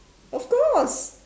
of course